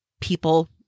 people